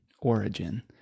origin